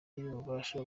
n’ububasha